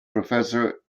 professor